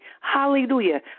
hallelujah